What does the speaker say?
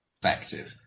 effective